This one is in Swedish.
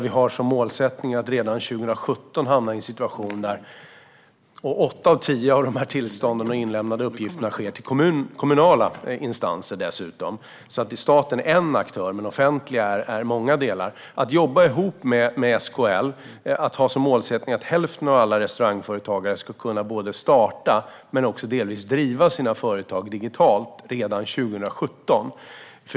Inlämnande av uppgifter sker till kommunala instanser och åtta av tio av tillstånden utfärdas av dem. Staten är en aktör, men det offentliga består av många delar. Regeringen jobbar ihop med SKL. Målsättningen är att hälften av alla restaurangföretagare ska kunna både starta och delvis driva sina företag digitalt redan 2017.